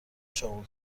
چاقو